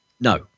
no